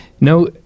No